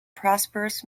prosperous